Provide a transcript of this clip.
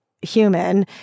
human